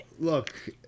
look